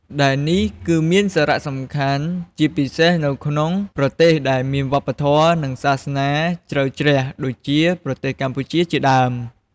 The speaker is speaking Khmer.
ដែលនេះគឺមានសារៈសំខាន់ជាពិសេសនៅក្នុងប្រទេសដែលមានវប្បធម៌ និងសាសនាជ្រៅជ្រះដូចជាប្រទេសកម្ពុជាជាដើម។